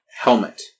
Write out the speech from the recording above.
helmet